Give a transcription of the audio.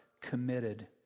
committed